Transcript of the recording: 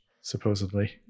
Supposedly